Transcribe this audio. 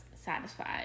satisfied